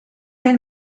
ein